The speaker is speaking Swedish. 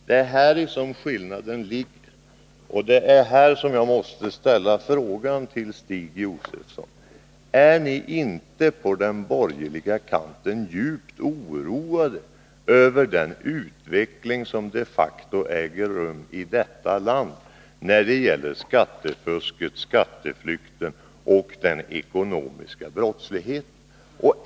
Det är här som skillnaden ligger, och det är på denna punkt jag måste ställa frågan till Stig Josefson: Är ni inte på den borgerliga kanten djupt oroade över den utveckling som de facto äger rum i detta land när det gäller skattefusket, skatteflykten och den ekonomiska brottsligheten?